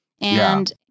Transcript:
And-